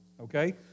Okay